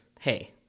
hey